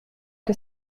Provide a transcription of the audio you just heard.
que